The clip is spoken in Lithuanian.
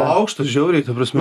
aukštas žiauriai ta prasme